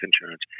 Insurance